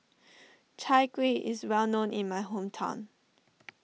Chai Kuih is well known in my hometown